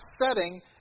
setting